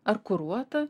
ar kuruota